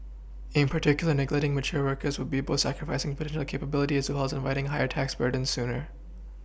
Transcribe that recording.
in particular neglecting mature workers would be both sacrificing potential capability as well as inviting higher tax burdens sooner